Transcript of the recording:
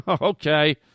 Okay